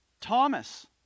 Thomas